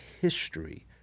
history